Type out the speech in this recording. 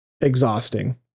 exhausting